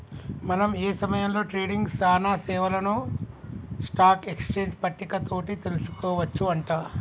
మనం ఏ సమయంలో ట్రేడింగ్ సానా సేవలను స్టాక్ ఎక్స్చేంజ్ పట్టిక తోటి తెలుసుకోవచ్చు అంట